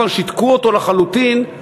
שיתקו אותו לחלוטין,